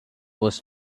was